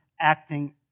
acting